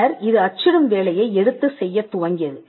பின்னர் இது அச்சிடும் வேலையை எடுத்து செய்யத் துவங்கியது